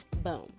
Boom